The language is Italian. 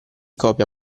copia